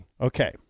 Okay